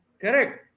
Correct